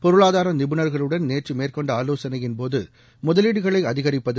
பொருளாதார நிபுணர்களுடன் நேற்று மேற்கொண்ட ஆலோசனையின் போது முதலீடுகளை அதிகரிப்பது